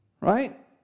Right